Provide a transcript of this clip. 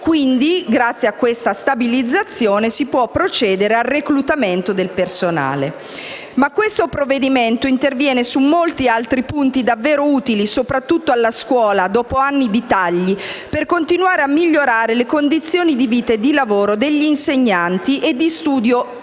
Quindi, grazie a questa stabilizzazione, si può procedere al reclutamento di personale. Ma questo provvedimento interviene su molti altri punti davvero utili soprattutto alla scuola, dopo anni di tagli, per continuare a migliorare le condizioni di vita e di lavoro degli insegnanti e di studio degli